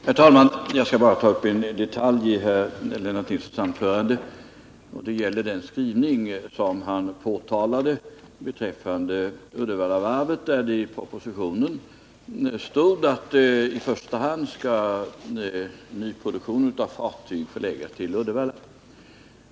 Herr talman! Jag skall bara ta upp en detalj i Lennart Nilssons anförande, nämligen den skrivning som han påtalade beträffande Uddevallavarvet. I propositionen stod det att i första hand skall nyproduktion av fartyg förläggas till Uddevalla.